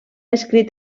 escrit